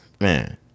man